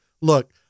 look